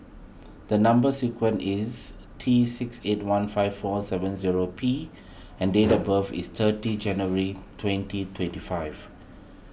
the Number Sequence is T six eight one five four seven zero P and date of birth is thirty January twenty twenty five